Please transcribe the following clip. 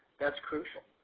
thats crucial,